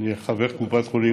אני חבר קופת חולים,